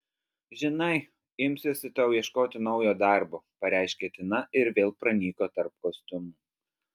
žinai imsiuosi tau ieškoti naujo darbo pareiškė tina ir vėl pranyko tarp kostiumų